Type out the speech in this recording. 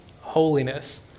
holiness